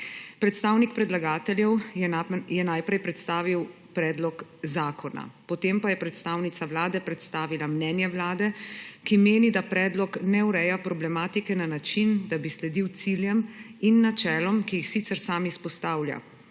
Predstavnik predlagateljev je najprej predstavil predlog zakona, potem pa je predstavnica Vlade predstavila mnenje Vlade, ki meni, da predlog ne ureja problematike na način, da bi sledil ciljem in načelom, ki jih sicer sam izpostavlja,